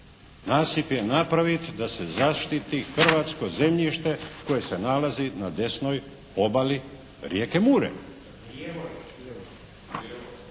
Nasip je napravit da se zaštiti hrvatsko zemljište koje se nalazi na desnoj obali rijeke Mure.